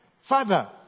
Father